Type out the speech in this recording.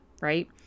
right